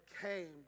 came